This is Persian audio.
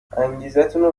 انگیزتونو